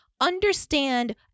understand